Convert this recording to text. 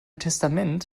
testament